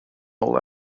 all